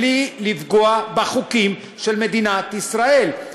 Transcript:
בלי לפגוע בחוקים של מדינת ישראל,